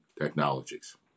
technologies